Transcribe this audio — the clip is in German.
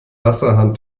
wasserhahn